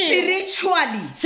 Spiritually